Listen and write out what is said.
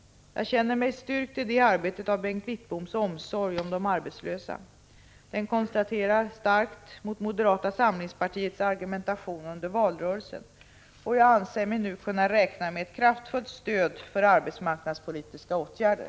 Jag känner mig styrkt i det arbetet av Bengt Wittboms omsorg om de arbetslösa. Den kontrasterar starkt mot moderata samlingspartiets argumentation under valrörelsen. Jag anser mig nu kunna räkna med ett kraftfullt stöd för arbetsmarknadspolitiska åtgärder.